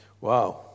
Wow